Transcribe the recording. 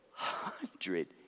hundred